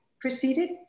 proceeded